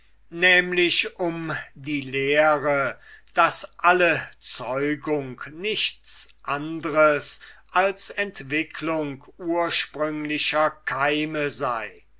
nämlich um die lehre daß alle zeugung nichts anders als entwicklung ursprünglicher keime sei